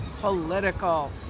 political